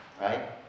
Right